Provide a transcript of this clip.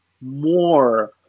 more